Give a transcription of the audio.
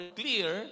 clear